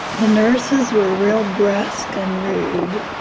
the nurses were real brisk and rude.